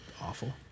awful